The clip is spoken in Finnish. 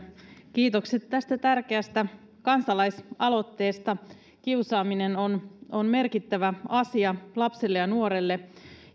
kiitokset tästä tärkeästä kansalaisaloitteesta kiusaaminen on on merkittävä asia lapselle ja nuorelle